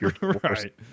Right